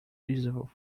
useful